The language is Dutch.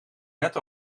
net